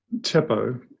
Teppo